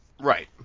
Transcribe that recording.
right